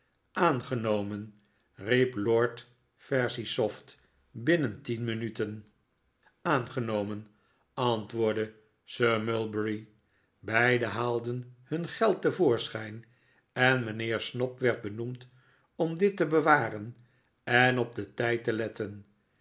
aangenomen riep lord verisopht binnen tien minuten aangenomen antwoordde sir mulberry beiden haalden hun geld te voorschijn en mijnheer snobb werd benoemd om dit te bewaren en op den tijd te letten